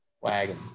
Wagon